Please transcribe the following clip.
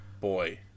Boy